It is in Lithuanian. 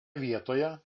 vietoje